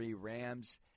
Rams